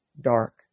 dark